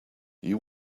you